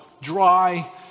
Dry